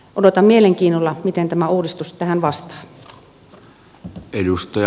odotan mielenkiinnolla miten tämä uudistus tähän vastaa